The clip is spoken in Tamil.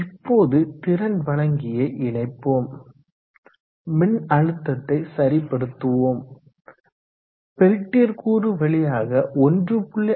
இப்போது திறன் வழங்கியை இணைப்போம் மின்னழுத்தத்தை சரிப்படுத்துவோம் பெல்டியர் கூறு வழியாக 1